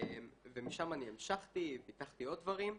ומשם אני המשכתי, פיתחתי עוד דברים.